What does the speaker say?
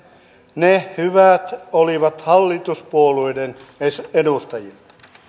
ne hyvät olivat hallituspuolueiden edustajien